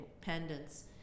pendants